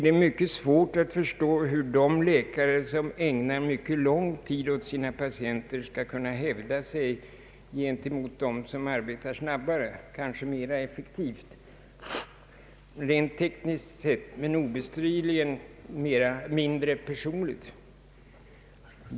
Det är svårt att förstå hur de läkare som ägnar mycket lång tid åt sina patienter skall kunna hävda sig gentemot dem som arbetar snabbare och mera effektivt rent tekniskt sett men obestridligen på ett mindre personligt sätt.